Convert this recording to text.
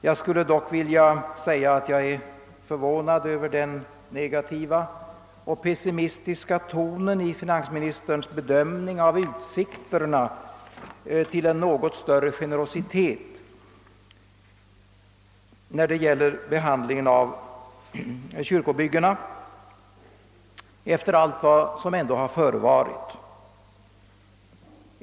Jag skulle dock vilja säga att jag är förvånad över den negativa och pessimistiska tonen i finansministerns bedömning av utsikterna till en något större generositet när det gäller behandlingen av kyrkobyggena, efter allt som ändå har förevarit.